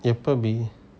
எப்போ:epo B